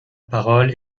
parole